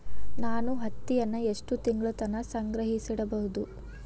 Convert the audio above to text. ನಾನು ಹತ್ತಿಯನ್ನ ಎಷ್ಟು ತಿಂಗಳತನ ಸಂಗ್ರಹಿಸಿಡಬಹುದು?